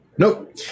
Nope